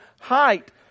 height